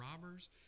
robbers